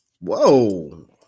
Whoa